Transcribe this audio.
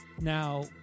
now